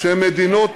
שמדינות